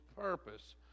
purpose